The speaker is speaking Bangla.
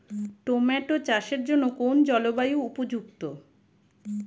টোমাটো চাষের জন্য কোন জলবায়ু উপযুক্ত?